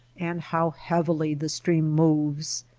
and how heavily the stream moves!